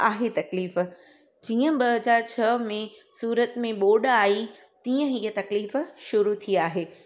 आहे तकलीफ़ जीअं ॿ हज़ार छह में सूरत में ॿोड आई तीअं हीय तकलीफ़ शुरू थी आहे